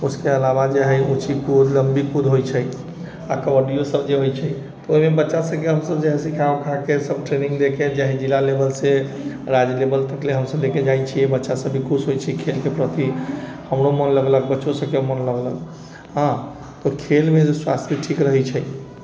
उसके अलावा जे हइ ऊँची कूद लम्बी कूद होइ छै आ कबड्डियो सभके होइ छै ओहिमे बच्चा सभके हम सभ जे हइ सिखा उखाके सभ ट्रेनिङ्ग देके चाहे जिला लेवल सँ राज्य लेवल तकले हम सभ लेके जाइ छियै बच्चा सभ भी खुश होइ छै खेलके प्रति हमरो मोन लगलक बच्चो सभके मोन लगलक हँ तऽ खेलमे स्वास्थ्य ठीक रहै छै